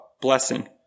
blessing